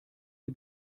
sie